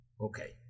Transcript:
Okay